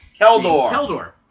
Keldor